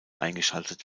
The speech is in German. eingeschaltet